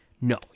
no